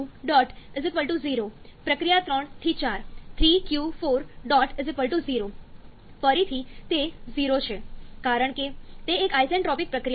₁q2 0 પ્રક્રિયા 3 થી 4 ₃q4 0 ફરીથી તે 0 છે કારણ કે તે એક આઇસેન્ટ્રોપિક પ્રક્રિયા છે